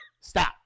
Stop